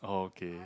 okay